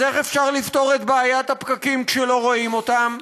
אז איך אפשר לפתור את בעיית הפקקים כשלא רואים אותם?